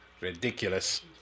Ridiculous